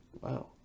Wow